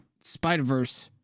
spider-verse